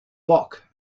bok